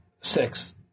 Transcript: Six